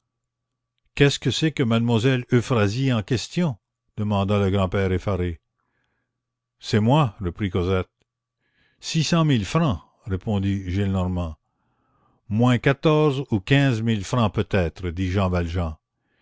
qu'est-ce que c'est que mademoiselle euphrasie en question demanda le grand-père effaré c'est moi reprit cosette six cent mille francs répondit gillenormand moins quatorze ou quinze mille francs peut-être dit jean valjean